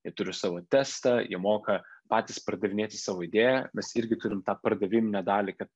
jie turi savo testą jie moka patys pardavinėti savo idėją mes irgi turim tą pardaviminę dalį kad